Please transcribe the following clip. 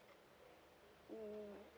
mm